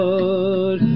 Lord